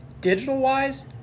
Digital-wise